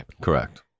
Correct